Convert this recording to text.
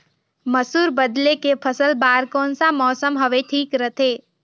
मसुर बदले के फसल बार कोन सा मौसम हवे ठीक रथे?